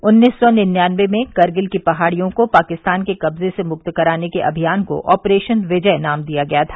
उन्नीस सौ निन्यानवे में करगिल की पहाड़ियों को पाकिस्तान के कब्जे से मुक्त कराने के अभियान को ऑपरेशन विजय नाम दिया गया था